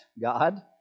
God